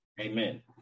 Amen